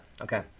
Okay